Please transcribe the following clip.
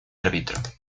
árbitro